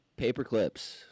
paperclips